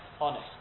honest